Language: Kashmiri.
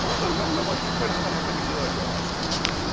پٲنٛژن کَمرن منٛز کِتھٕ پٲٹھۍ ہَسا ہیٚکَن یِم ٲٹھ جِمٲژ تھٲوِتھ